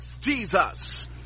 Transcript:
Jesus